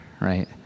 right